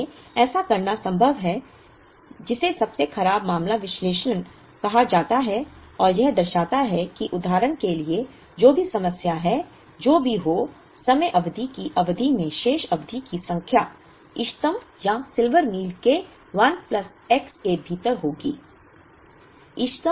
इसलिए ऐसा करना संभव है जिसे सबसे खराब मामला विश्लेषण कहा जाता है और यह दर्शाता है कि उदाहरण के लिए जो भी समस्या है जो भी हो समयावधि की अवधि में शेष अवधि की संख्या इष्टतम या सिल्वर मील के 1 प्लस x के भीतर होगी